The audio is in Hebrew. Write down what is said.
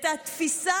את התפיסה